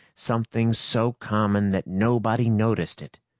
something so common that nobody noticed it!